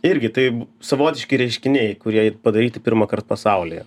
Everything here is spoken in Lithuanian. irgi tai savotiški reiškiniai kurie padaryti pirmąkart pasaulyje